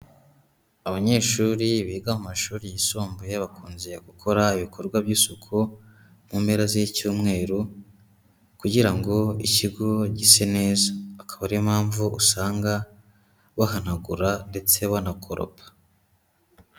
Abanyeshuri biga mu mashuri yisumbuye bakunze gukora ibikorwa by'isuku mu mpera z'icyumweru kugira ngo ikigo gise neza, akaba ariyo mpamvu usanga bahanagura ndetse banakoropa.